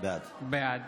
בעד